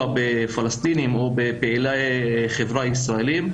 בפלשתינים או בפעילי חברה ישראלים.